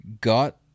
got